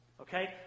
Okay